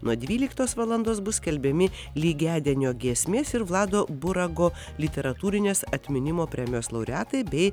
nuo dvyliktos valandos bus skelbiami lygiadienio giesmės ir vlado burago literatūrinės atminimo premijos laureatai bei